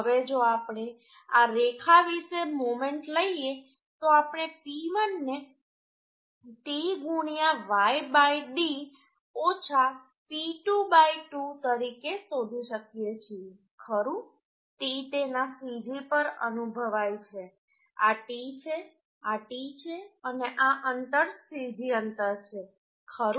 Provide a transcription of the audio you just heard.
હવે જો આપણે આ રેખા વિશે મોમેન્ટ લઈએ તો આપણે P1ને T Y d ઓછા P2 2 તરીકે શોધી શકીએ છીએ ખરું T તેના cg પર અનુભવાઈ છે આ T છે આ T છે અને આ અંતર cg અંતર છે ખરું